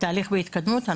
התהליך בהתקדמות.